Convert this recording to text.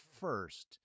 first